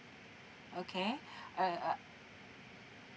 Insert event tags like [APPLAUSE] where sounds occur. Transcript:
okay [BREATH] uh uh